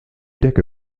decke